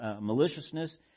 maliciousness